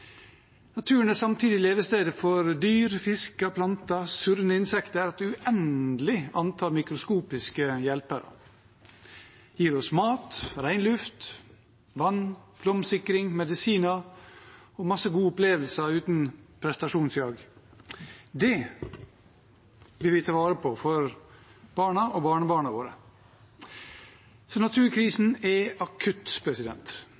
Naturen er samtidig levestedet for dyr, fisker, planter, surrende insekter, et uendelig antall mikroskopiske hjelpere. Den gir oss mat, ren luft, vann, flomsikring, medisiner og masse gode opplevelser uten prestasjonsjag. Det vil vi ta vare på for barna og barnebarna våre.